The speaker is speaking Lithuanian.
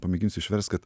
pamėginsiu išverst kad